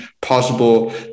possible